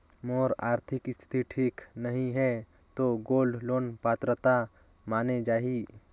मोर आरथिक स्थिति ठीक नहीं है तो गोल्ड लोन पात्रता माने जाहि?